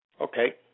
Okay